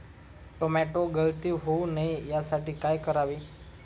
Tomato गळती होऊ नये यासाठी काय करावे?